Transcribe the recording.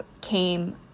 came